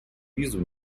визу